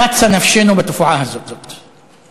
קצה נפשנו בתופעה הזאת,